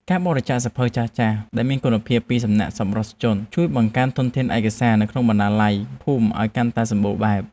ការបរិច្ចាគសៀវភៅចាស់ៗដែលនៅមានគុណភាពពីសំណាក់សប្បុរសជន ជួយបង្កើនធនធានឯកសារនៅក្នុងបណ្ណាល័យភូមិឱ្យកាន់តែសម្បូរបែប។